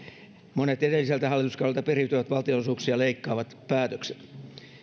monet edelliseltä hallituskaudelta periytyvät valtionosuuksia leikkaavat päätökset